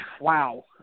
Wow